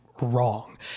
wrong